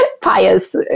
Pious